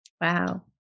Wow